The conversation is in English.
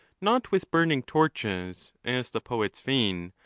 not with burning torches, as the poets feign,